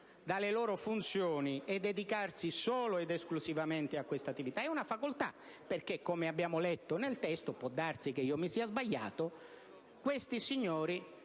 dalle loro funzioni e dedicarsi solo ed esclusivamente alle pertinenti attività, in questo caso è una facoltà, perché, come abbiamo letto nel testo (può darsi che mi sia sbagliato), questi signori